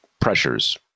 pressures